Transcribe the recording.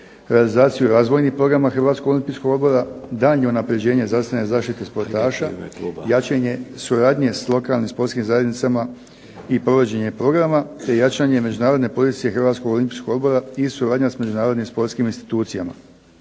realizaciju razvojnih programa Hrvatskog olimpijskog odbora, daljnju unapređenje zdravstvene zaštite sportaša, jačanje suradnje s lokalnim sportskim zajednicama i provođenje programa te jačanje međunarodne …/Ne razumije se./… Hrvatskog olimpijskog odbora i suradnja s međunarodnim sportskim institucijama.